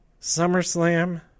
SummerSlam